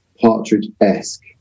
Partridge-esque